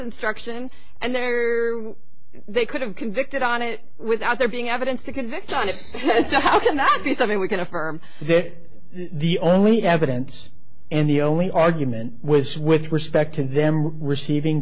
instruction and there are they could have convicted on it without there being evidence to convict on it so how can that be something we can affirm that the only evidence and the only argument was with respect to them receiving